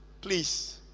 please